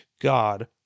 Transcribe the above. God